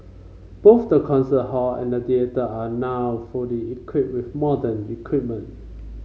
both the concert hall and theatre are now fully equipped with modern equipment